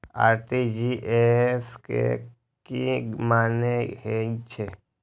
RTGS के की मानें हे छे?